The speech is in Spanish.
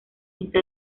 esta